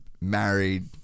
married